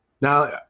Now